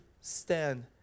stand